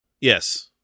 Yes